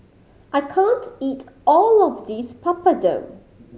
I can't eat all of this Papadum